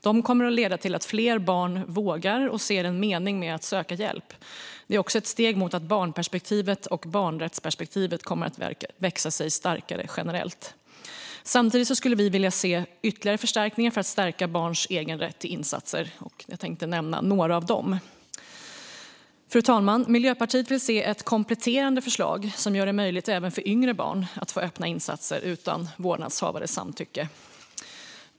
De kommer att leda till att fler barn vågar och ser en mening med att söka hjälp. Det är också ett steg mot att barnperspektivet och barnrättsperspektivet kommer att växa sig starkare generellt. Samtidigt skulle vi vilja se ytterligare förstärkningar för att stärka barns egen rätt till insatser, och jag tänkte nämna några av dem. Fru talman! Miljöpartiet vill se ett kompletterande förslag som gör det möjligt även för yngre barn att få öppna insatser utan vårdnadshavares samtycke.